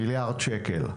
מיליארד שקל,